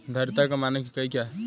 धारिता का मानक इकाई क्या है?